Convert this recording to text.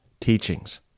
teachings